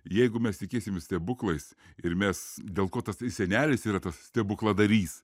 jeigu mes tikėsime stebuklais ir mes dėl ko tasai senelis yra tas stebukladarys